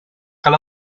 cal